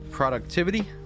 productivity